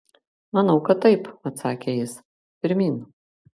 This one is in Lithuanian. manau kad taip atsakė jis pirmyn